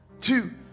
two